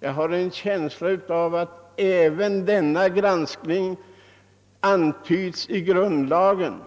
Jag har en känsla av att även denna granskning antyds i grundlagen.